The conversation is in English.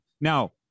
now